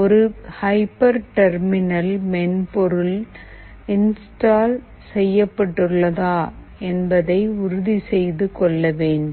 ஒரு ஹைபர்டர்மினல் மென்பொருள் இன்ஸ்டால் செய்யப்பட்டுள்ளதா என்பதை உறுதி செய்து கொள்ள வேண்டும்